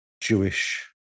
Jewish